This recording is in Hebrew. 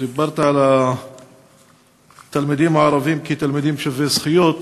דיברת על התלמידים הערבים כתלמידים שווי זכויות,